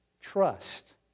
trust